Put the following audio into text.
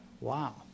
Wow